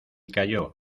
calló